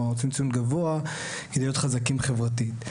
כלומר רוצים ציון גבוה כדי להיות חזקים חברתית,